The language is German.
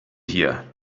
hier